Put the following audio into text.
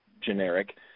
generic